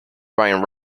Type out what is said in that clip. brian